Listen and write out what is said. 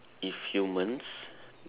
if humans